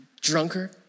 drunker